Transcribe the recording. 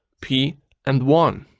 p and one.